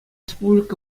республика